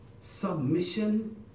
submission